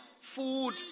food